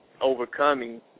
overcoming